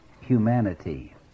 humanity